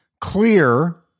clear